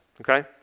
okay